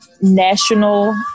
national